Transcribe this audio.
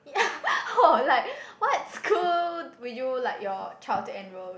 oh like what school do you like your child to enrol